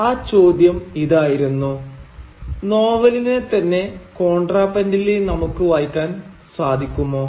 ആ ചോദ്യം ഇതായിരുന്നു നോവലിനെ തന്നെ കോൺട്രാപെന്റലി നമുക്ക് വായിക്കാൻ സാധിക്കുമോ